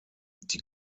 die